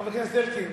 חבר הכנסת אלקין,